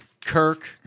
Kirk